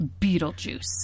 Beetlejuice